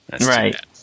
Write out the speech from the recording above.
Right